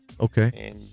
Okay